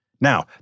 Now